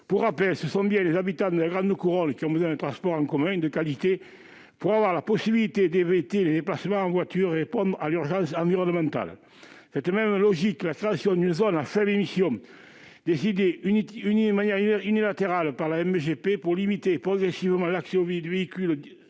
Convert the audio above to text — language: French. Pour rappel, ce sont bien les habitants de la grande couronne qui ont besoin de transports en commun de qualité pour éviter de se déplacer en voiture et répondre à l'urgence environnementale. « Dans cette même logique, la création d'une zone à faible émission, décidée unilatéralement par la MGP pour limiter progressivement l'accès des véhicules